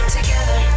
Together